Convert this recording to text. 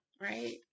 right